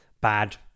bad